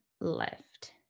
left